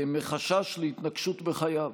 מחשש להתנקשות בחייו.